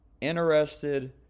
interested